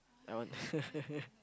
I want